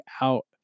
out